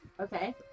okay